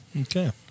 Okay